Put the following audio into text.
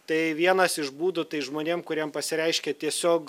tai vienas iš būdų tai žmonėm kuriem pasireiškė tiesiog